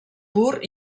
pur